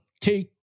Take